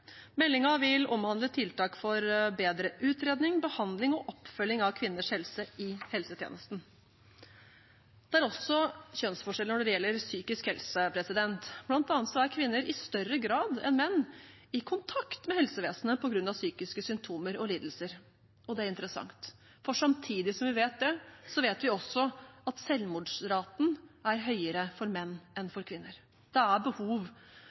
vil omhandle tiltak for bedre utredning, behandling og oppfølging av kvinners helse i helsetjenesten. Det er også kjønnsforskjeller når det gjelder psykisk helse. Blant annet er kvinner i større grad enn menn i kontakt med helsevesenet på grunn av psykiske symptomer og lidelser. Det er interessant, for samtidig som vi vet det, vet vi også at selvmordsraten er høyere for menn enn for kvinner. Det er behov